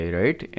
right